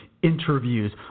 Interviews